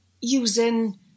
using